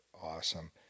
awesome